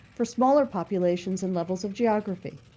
for smarter populations and levels of geography.